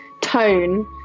tone